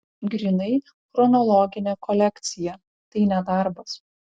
grynai chronologinė kolekcija tai ne darbas